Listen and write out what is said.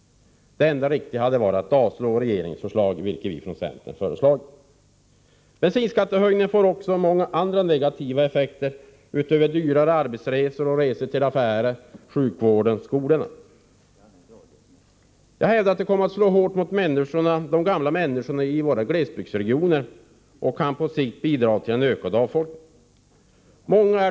Det enda riktiga hade varit att avslå regeringens förslag, vilket centern föreslår. Bensinskattehöjningen får många andra negativa effekter, utöver dyrare arbetsresor och resor till affärer, sjukvård och skolor. Jag hävdar att den kommer att slå hårt mot gamla människor i glesbygdsregionerna och på sikt kan bidra till en ökad avfolkning.